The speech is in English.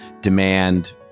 demand